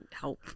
help